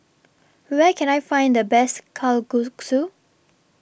Where Can I Find The Best Kalguksu